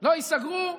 לא ייסגרו,